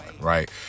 right